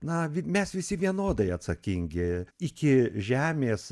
na mes visi vienodai atsakingi iki žemės